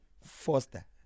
Foster